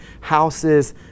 houses